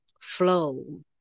flow